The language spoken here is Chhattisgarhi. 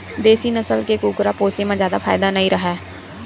देसी नसल के कुकरा पोसे म जादा फायदा नइ राहय